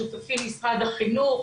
שותפים משרד החינוך,